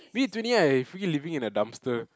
maybe twenty eight I freaking living in a dumpster